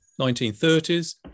1930s